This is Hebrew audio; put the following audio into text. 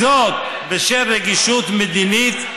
וזאת בשל רגישות מדינית,